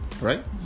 right